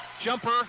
jumper